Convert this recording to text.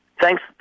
Thanks